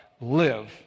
live